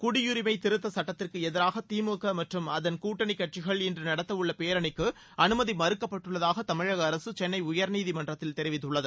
குடியுரிமை திருத்தச் சட்டத்திற்கு எதிராக திமுக மற்றும் அதன் கூட்டணி கட்சிகள் இன்று நடத்தவுள்ள பேரணிக்கு அனுமதி மறுக்கப்பட்டுள்ளதாக தமிழக அரசு சென்னை உயர்நீதிமன்றத்தில் தெரிவித்துள்ளது